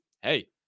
hey